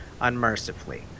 unmercifully